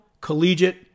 collegiate